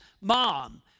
mom